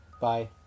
bye